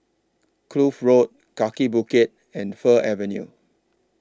Kloof Road Kaki Bukit and Fir Avenue